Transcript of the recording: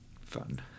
fun